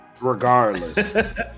regardless